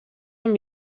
amb